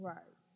Right